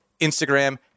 Instagram